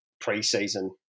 pre-season